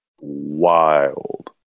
wild